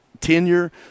tenure